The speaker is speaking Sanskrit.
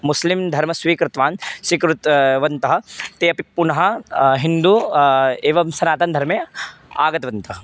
मुस्लिं धर्मं स्वीकृत्वान् स्वीकृतवन्तः ते अपि पुनः हिन्दू एवं सनातनधर्मे आगतवन्तः